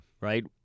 Right